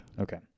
Okay